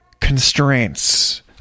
constraints